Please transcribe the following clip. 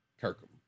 Kirkham